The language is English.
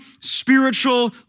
spiritual